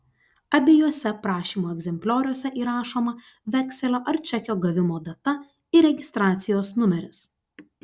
abiejuose prašymo egzemplioriuose įrašoma vekselio ar čekio gavimo data ir registracijos numeris